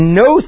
no